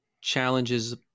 challenges